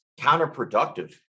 counterproductive